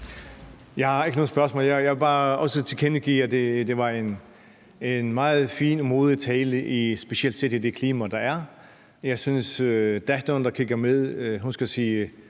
Jeg har ikke noget spørgsmål. Jeg vil bare også tilkendegive, at det var en meget fin og modig tale, specielt i det klima, der er. Jeg synes, at datteren, der kigger med, skal sige: